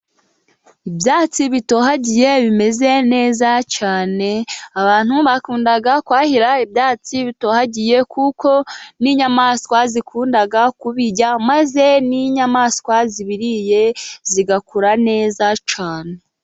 Ibyatsi bitohagiye bimeze neza cyane, abantu bakunda kwahira ibyatsi bitohagiye, kuko n'inyamaswa zikunda kubirya, maze n'inyamaswa zibiriye zigakura neza cyane.